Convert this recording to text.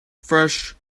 fresh